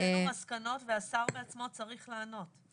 הוצאנו מסקנות והשר בעצמו צריך לענות.